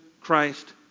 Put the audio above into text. Christ